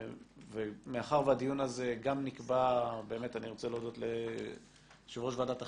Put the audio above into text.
אני רוצה להודות ליושב ראש ועדת החינוך,